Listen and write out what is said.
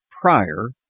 prior